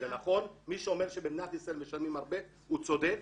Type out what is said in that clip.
מי שאומר שבמדינת ישראל משלמים הרבה, הוא צודק.